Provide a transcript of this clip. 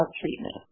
treatment